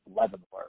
Leavenworth